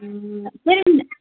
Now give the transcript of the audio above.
வேறு என்ன